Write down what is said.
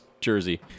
jersey